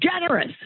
generous